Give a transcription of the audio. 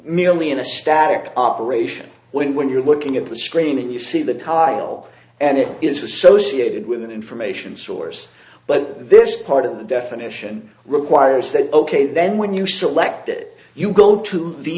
in a static operation when when you're looking at the screen and you see the title and it is associated with an information source but this part of the definition requires that ok then when you select it you go to the